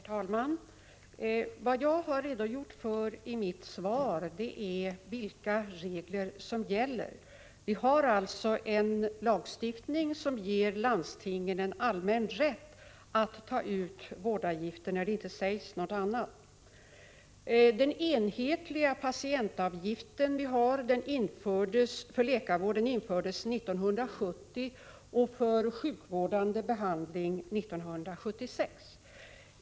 Herr talman! Vad jag har redogjort för i mitt svar är vilka regler som gäller. Vi har alltså en lagstiftning som ger landstingen en allmän rätt att ta ut vårdavgifter när det inte sägs något annat. Den enhetliga patientavgift vi har infördes för läkarvård 1970 och för sjukvårdande behandling 1976.